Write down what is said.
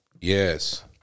Yes